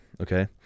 okay